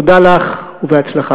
תודה לך ובהצלחה.